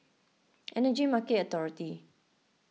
Energy Market Authority